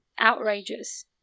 outrageous